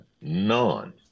none